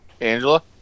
Angela